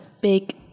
big